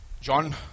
John